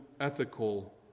ethical